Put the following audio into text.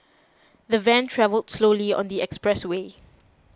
the van travelled slowly on the express way